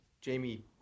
Jamie